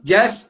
Yes